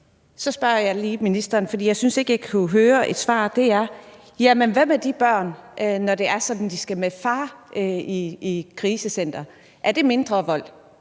et spørgsmål til ministeren – for jeg synes ikke, jeg kunne høre et svar – og det er: Hvordan er det med de børn, når det er sådan, at de skal med far i krisecenter? Er der så tale